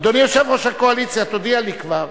אדוני יושב-ראש הקואליציה, תודיע לי כבר.